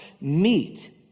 meet